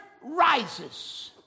rises